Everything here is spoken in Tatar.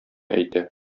әйтә